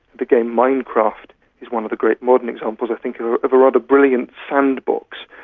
the game minecraft is one of the great modern examples i think of of a rather brilliant sandbox,